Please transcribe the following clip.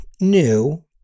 new